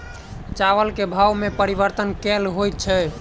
चावल केँ भाव मे परिवर्तन केल होइ छै?